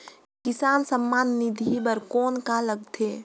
किसान सम्मान निधि बर कौन का लगथे?